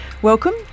Welcome